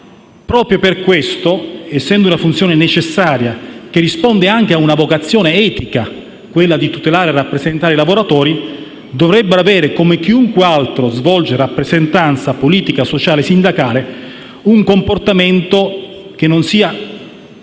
Proprio per questo, trattandosi di una funzione necessaria che risponde anche alla vocazione etica di tutelare e rappresentare i lavoratori, dovrebbero avere, come chiunque altro svolge rappresentanza politica, sociale e sindacale, un comportamento che non sia